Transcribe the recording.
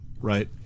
right